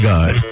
God